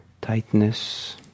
tightness